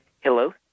Hello